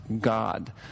God